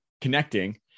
connecting